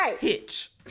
Hitch